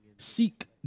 Seek